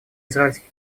израильский